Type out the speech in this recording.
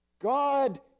God